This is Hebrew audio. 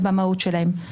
ומה רוצים שיהיה כלול